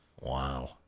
Wow